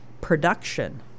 production